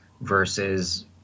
versus